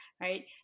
right